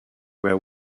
were